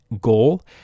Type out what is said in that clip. goal